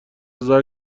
زجر